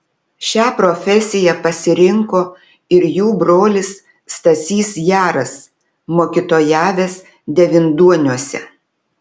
šią profesiją pasirinko ir jų brolis stasys jaras mokytojavęs devynduoniuose